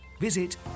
Visit